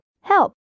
Help